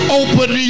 open